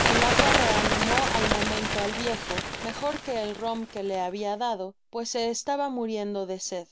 el agua reanimó al momento al viejo mejor que el rom que le babia dado pues se estaba muriendo de sed